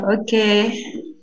Okay